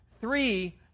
three